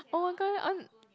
oh my god I want